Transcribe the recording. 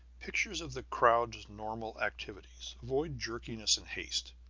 pictures of the crowd's normal activities avoid jerkiness and haste.